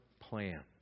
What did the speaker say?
plan